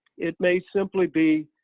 it may simply be